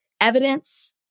evidence